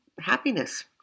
happiness